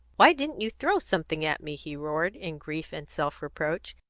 why didn't you throw something at me, he roared, in grief and self-reproach.